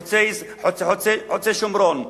חוצה-שומרון,